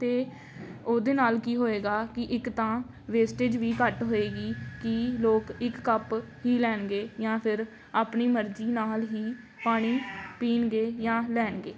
ਅਤੇ ਉਹਦੇ ਨਾਲ਼ ਕੀ ਹੋਏਗਾ ਕਿ ਇੱਕ ਤਾਂ ਵੇਸਟੇਜ ਵੀ ਘੱਟ ਹੋਏਗੀ ਕਿ ਲੋਕ ਇੱਕ ਕੱਪ ਹੀ ਲੈਣਗੇ ਜਾਂ ਫਿਰ ਆਪਣੀ ਮਰਜ਼ੀ ਨਾਲ਼ ਹੀ ਪਾਣੀ ਪੀਣਗੇ ਜਾਂ ਲੈਣਗੇ